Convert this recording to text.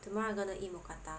tomorrow I gonna eat mookata